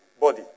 body